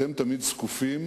אתם תמיד זקופים,